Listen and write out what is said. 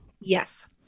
yes